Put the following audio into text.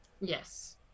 Yes